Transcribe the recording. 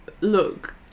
look